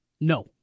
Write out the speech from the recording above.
No